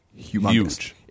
humongous